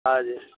हजुर